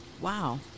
Wow